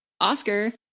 Oscar